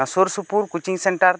ᱱᱚᱣᱟ ᱥᱩᱨ ᱥᱩᱯᱩᱨ ᱠᱳᱪᱤᱝ ᱥᱮᱱᱴᱟᱨ